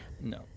No